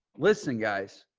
listen guys,